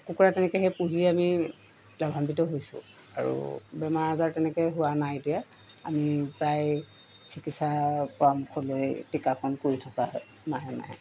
কুকুৰা তেনেকৈ সেই পুহি আমি লাভান্বিত হৈছোঁ আৰু বেমাৰ আজাৰ তেনেকৈ হোৱা নাই এতিয়া আমি প্ৰায় চিকিৎসা পৰামৰ্শ লৈ টীকাকৰণ কৰি থকা হয় মাহে মাহে